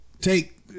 take